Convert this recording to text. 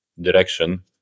direction